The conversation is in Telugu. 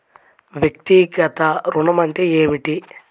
వ్యక్తిగత ఋణం అంటే ఏమిటి?